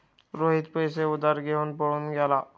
रोहित पैसे उधार घेऊन पळून गेला